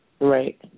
Right